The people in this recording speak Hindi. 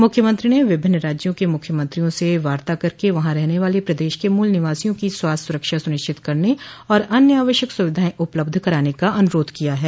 मुख्यमंत्री ने विभिन्न राज्यों के मुख्यमंत्रियों से वार्ता करके वहां रहने वाले प्रदेश के मूल निवासियों की स्वास्थ्य सुरक्षा सुनिश्चित करने और अन्य आवश्यक सुविधायें उपलब्ध कराने का अनुरोध किया है